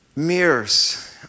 mirrors